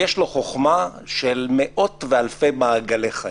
יש לו חוכמה של מאות ואלפי מעגלי חיים.